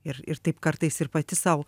ir ir taip kartais ir pati sau